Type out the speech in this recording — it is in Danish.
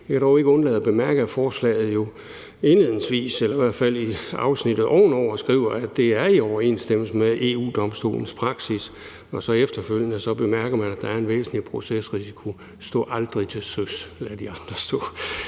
jeg kan dog ikke undlade at bemærke, at man i forslaget indledningsvis eller i hvert fald i afsnittet ovenover skriver, at det er i overensstemmelse med EU-Domstolens praksis. Efterfølgende bemærker man, at der er en væsentlig procesrisiko. Stå aldrig til søs, lad de andre stå.